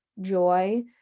joy